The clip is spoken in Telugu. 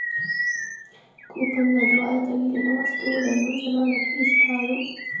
కూపన్ల ద్వారా తగిలిన వత్తువులను జనాలకి ఇత్తారు